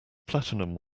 platinum